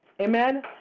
amen